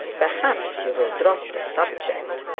perhaps you will drop the subject